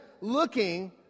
looking